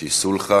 איזושהי סולחה.